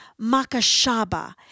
makashaba